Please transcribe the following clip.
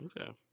Okay